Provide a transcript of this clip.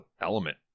element